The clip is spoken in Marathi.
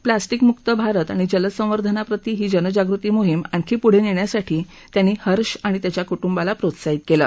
प्लॉस्टिकमुक्त भारत आणि जलसंवर्धनाप्रति ही जनजागृती मोहीम आणखी पुढं नेण्यासाठी त्यांनी हर्ष आणि कुटुंबाला प्रोत्साहित केलं